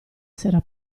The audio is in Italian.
sera